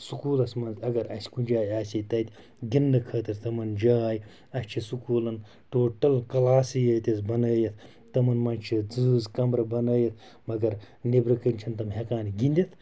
سکوٗلَس منٛز اگر اَسہِ کُنہِ جایہِ آسہِ ہے تَتہِ گِنٛدنہٕ خٲطرٕ تمَن جاے اَسہِ چھِ سکوٗلَن ٹوٹَل کَلاسٕے یٲتِس بَنٲیِتھ تمَن منٛز چھِ زٕٲز کَمبرٕ بَنٲیِتھ مگر نیٚبرٕ کِنۍ چھِنہٕ تم ہٮ۪کان گِنٛدِتھ